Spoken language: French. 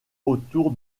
autour